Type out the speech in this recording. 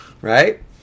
Right